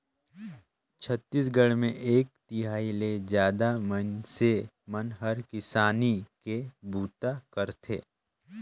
छत्तीसगढ़ मे एक तिहाई ले जादा मइनसे मन हर किसानी के बूता करथे